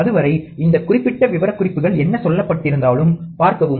அதுவரை இந்த குறிப்பிட்ட விவரக்குறிப்புகள் என்ன சொல்லப்பட்டிருந்தாலும் பார்க்கவும்